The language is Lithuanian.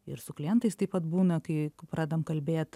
ir su klientais taip pat būna kai pradedam kalbėt